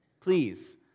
Please